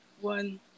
one